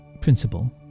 principle